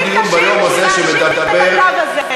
ולא מוכנים לשבת אתו באותה קואליציה.